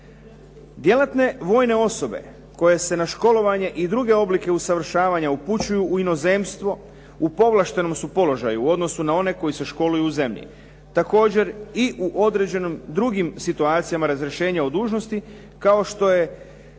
Djelatne vojne osobe koje se na školovanje i druge oblike usavršavanja upućuju u inozemstvo u povlaštenom su položaju u odnosu na one koji se školuju u zemlji. Također i u određenim drugim situacijama razrješenja od dužnosti kao što je